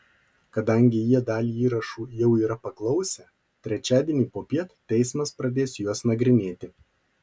kadangi jie dalį įrašų jau yra paklausę trečiadienį popiet teismas pradės juos nagrinėti